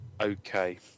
Okay